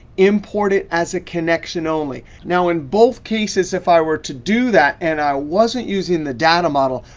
import it as a connection only. now in both cases, if i were to do that and i wasn't using the data model,